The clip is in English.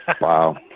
Wow